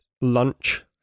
lunch